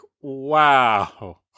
wow